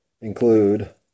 include